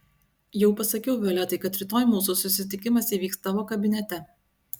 jau pasakiau violetai kad rytoj mūsų susitikimas įvyks tavo kabinete